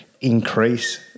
increase